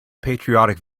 patriotic